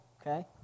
okay